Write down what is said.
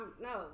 No